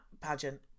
pageant